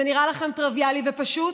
זה נראה לכם טריוויאלי ופשוט?